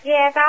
Yes